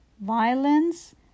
violence